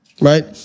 right